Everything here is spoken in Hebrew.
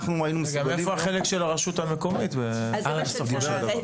ואיפה החלק של הרשות המקומית בסופו של דבר?